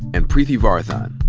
and preeti varathan.